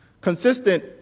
consistent